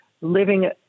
living